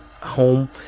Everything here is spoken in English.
home